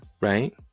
right